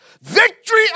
Victory